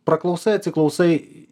praklausai atsiklausai